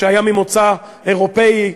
שהוא ממוצא אירופאי,